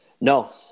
No